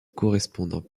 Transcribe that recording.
correspondant